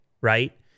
right